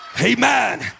amen